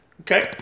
okay